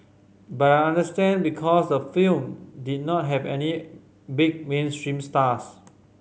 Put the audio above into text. but I understand because the film did not have any big mainstream stars